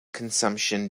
consumption